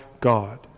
God